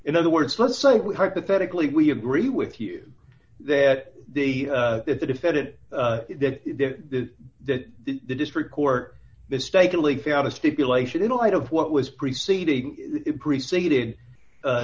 in other words let's say we hypothetically we agree with you that the defendant that the district court mistakenly found a stipulation in light of what was preceding preceded